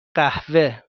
قهوه